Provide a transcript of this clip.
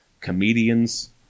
comedians